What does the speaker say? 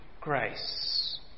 grace